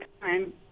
time